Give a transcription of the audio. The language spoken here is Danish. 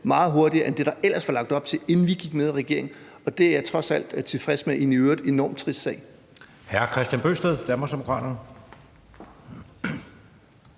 meget hurtigere end det, der ellers var lagt op til, inden vi gik med i regering. Det er jeg trods alt tilfreds med i en i øvrigt enormt trist sag.